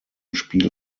spiel